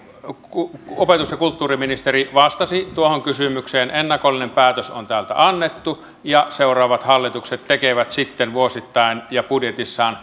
opetus ja kulttuuriministeri vastasi tuohon kysymykseen ennakollinen päätös on täältä annettu ja seuraavat hallitukset tekevät sitten vuosittain ja budjetissaan